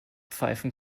pfeifen